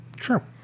Sure